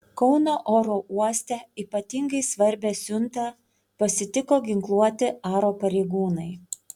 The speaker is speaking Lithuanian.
kauno oro uoste ypatingai svarbią siuntą pasitiko ginkluoti aro pareigūnai